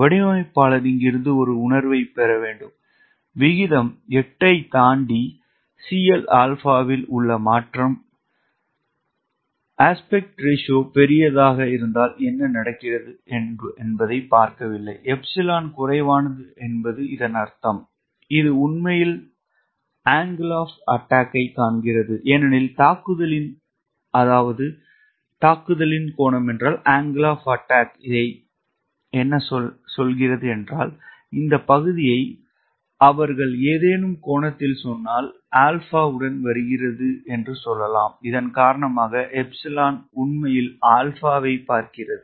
வடிவமைப்பாளர் இங்கிருந்து ஒரு உணர்வைப் பெற வேண்டும் விகிதம் 8 ஐத் தாண்டி 𝐶Lα இல் உள்ள மாற்றம் விகிதம் விகிதம் பெரியதாக இருந்தால் என்ன நடக்கிறது என்பதைப் பார்க்கவில்லை 𝜖 குறைவானது என்பது இதன் அர்த்தம் இது உண்மையில் தாக்குதலின் கோணத்தைக் காண்கிறது ஏனெனில் தாக்குதலின் கோணம் இதை பார்க்கிறது இந்த பகுதியை அவர்கள் ஏதேனும் கோணத்தில் சொன்னால் αஉடன் வருகிறது என்று சொல்லலாம் இதன் காரணமாக 𝜖 உண்மையில் α ஐப் பார்க்கிறது